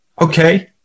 okay